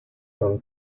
dann